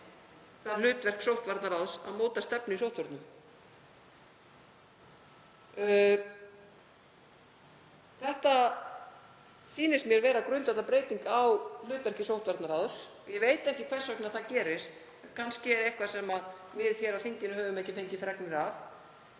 það hlutverk sóttvarnaráðs að móta stefnu í sóttvörnum. Það sýnist mér vera grundvallarbreyting á hlutverki sóttvarnaráðs. Ég veit ekki hvers vegna það gerist, kannski er eitthvað sem við hér á þinginu höfum ekki fengið fregnir af.